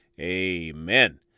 amen